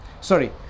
Sorry